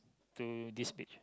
to this beach